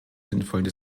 sinnvollen